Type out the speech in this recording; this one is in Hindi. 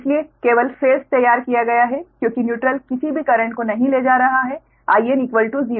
इसीलिए केवल फेस तैयार किया गया है क्योंकि न्यूट्रल किसी भी करेंट को नहीं ले जा रहा है In0